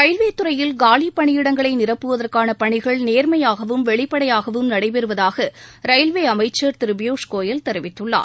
ரயில்வேத்துறையில் காலிப்பணியிடங்களை நிரப்புவதற்கான வெளிப்படையாகவும் நடைபெறுவதாக ரயில்வே அமைச்சர் திரு ப்யூஷ் கோயல் தெரிவித்துள்ளார்